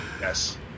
Yes